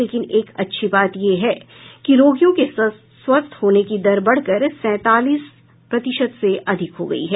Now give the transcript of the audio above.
लेकिन एक अच्छी बात यह है कि रोगियों के स्वस्थ होने की दर बढ़ कर सैंतालीस प्रतिशत से अधिक हो गई है